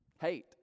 Hate